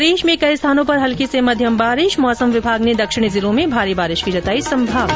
प्रदेश में कई स्थानों पर हल्की से मध्यम बारिश मौसम विभाग ने दक्षिणी जिलों में भारी बारिश की जताई संभावना